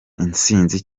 intsinzi